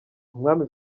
umwami